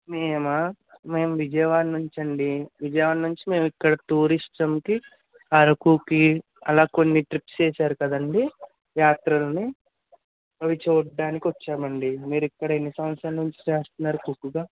మేమా మేము విజయవాడ నుంచి అండీ విజయవాడ నుంచి మేము ఇక్కడ టూరిజంకి అరకుకి అలా కొన్ని ట్రిప్స్ వేశారు కదండీ యాత్రలు అవి చూడడానికి వచ్చామండీ మీరు ఇక్కడ ఎన్ని సంవత్సరాల నుంచి చేస్తున్నారు కుక్గా